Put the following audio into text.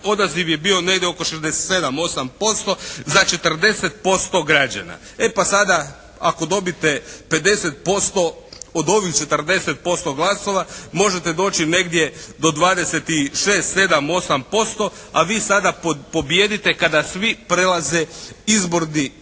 odaziv je bio negdje oko 67, 68% za 40% građana. E pa sada ako dobite 50% od ovih 40% glasova možete doći negdje do 20 i 6, 7, 8 posto, a vi sada pobijedite kada svi prelaze izborni prag